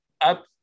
up